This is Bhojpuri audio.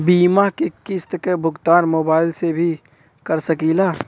बीमा के किस्त क भुगतान मोबाइल से भी कर सकी ला?